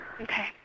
Okay